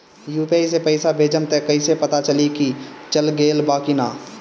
UPI से पइसा भेजम त कइसे पता चलि की चल गेल बा की न?